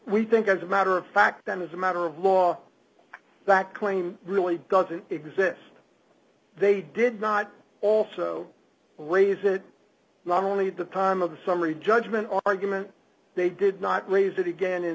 we think as a matter of fact that as a matter of law that claim really doesn't exist they did not also raise it not only at the time of the summary judgment argument they did not raise it again in